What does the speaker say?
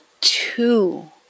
two